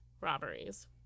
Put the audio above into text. robberies